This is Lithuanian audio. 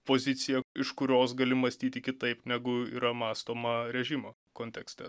pozicija iš kurios gali mąstyti kitaip negu yra mąstoma režimo kontekste